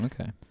Okay